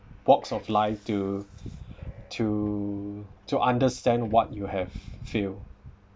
walks of life to to to understand what you have feel